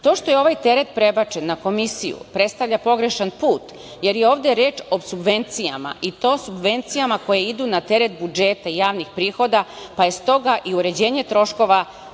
To što je ovaj teret prebačen na Komisiju, predstavlja pogrešan put, jer je ovde reč o subvencijama i to subvencijama koje idu na teret budžeta javnih prihoda, pa je stoga i uređenje troškova